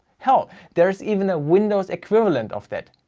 hell, there is even a windows equivalent of that.